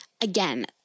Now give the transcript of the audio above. again